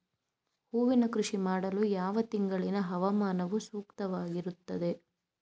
ಹೂವಿನ ಕೃಷಿ ಮಾಡಲು ಯಾವ ತಿಂಗಳಿನ ಹವಾಮಾನವು ಸೂಕ್ತವಾಗಿರುತ್ತದೆ?